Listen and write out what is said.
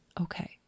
Okay